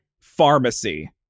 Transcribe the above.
pharmacy